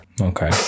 Okay